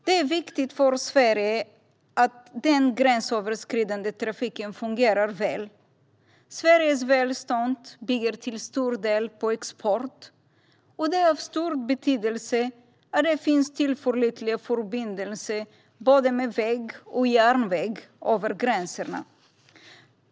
Det är viktigt för Sverige att den gränsöverskridande trafiken fungerar väl. Sveriges välstånd bygger till stor del på export, och det är av stor betydelse att det finns tillförlitliga förbindelser både med väg och järnväg över gränserna.